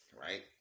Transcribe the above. right